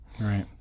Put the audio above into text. Right